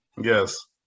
Yes